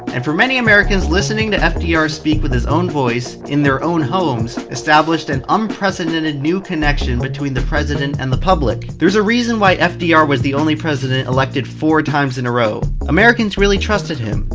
and for many americans listening to fdr speak with his own voice, in their own homes, established an unprecedented new connection between the president and the public. there's a reason why fdr was the only president elected four times in a row. americans really trusted him.